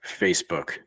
Facebook